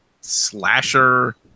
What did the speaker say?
slasher